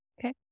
Okay